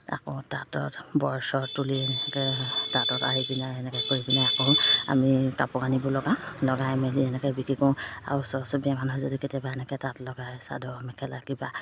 আকৌ তাঁতত বছৰ তুলি এনেকৈ তাঁতত আহি পিনে এনেকৈ কৰি পিনে আকৌ আমি কাপোৰ আনিব লগা লগাই মেলি এনেকৈ বিক্ৰী কৰোঁ আৰু ওচৰ চুবুৰীয়া মানুহে যদি কেতিয়াবা এনেকৈ তাঁত লগাই চাদৰ মেখেলা কিবা